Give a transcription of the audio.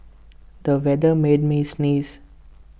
the weather made me sneeze